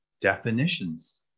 definitions